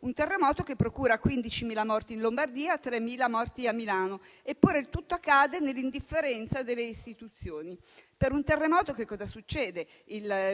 un terremoto che procura 15.000 morti in Lombardia e 3.000 morti a Milano. Eppure, il tutto accade nell'indifferenza delle istituzioni. Per un terremoto che cosa succede?